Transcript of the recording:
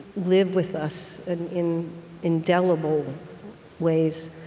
live with us in indelible ways